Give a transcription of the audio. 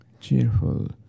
cheerful